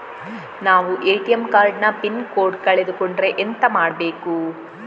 ನಾವು ATM card ನ PIN code ಕಳೆದು ಕೊಂಡ್ರೆ ಎಂತ ಮಾಡ್ಬೇಕು?